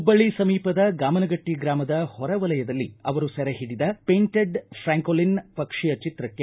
ಹುಬ್ಬಳ್ಳಿ ಸಮೀಪದ ಗಾಮನಗಟ್ಟ ಗ್ರಾಮದ ಹೊರ ವಲಯದಲ್ಲಿ ಅವರು ಸೆರೆ ಹಿಡಿದ ಪೇಂಟೆಡ್ ಫ್ರ್ಯಾಂಕೋಲಿನ್ ಪಕ್ಷಿಯ ಚಿತ್ರಕ್ಕೆ